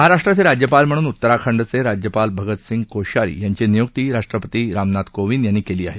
महाराष्ट्राचे राज्यपाल म्हणून उत्तराखंडचे राज्यपाल भगतसिंग कोश्यारी यांची नियुक्ती राष्ट्रपती रामनाथ कोविंद यांनी केली आहे